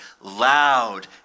loud